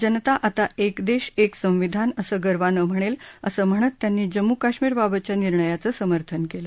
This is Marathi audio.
जनता आता एक देश एक संविधान असं गर्वानं म्हणेल असं म्हणत त्यांनी जम्मू काश्मीरबाबतच्या निर्णयाचं समर्थन केलं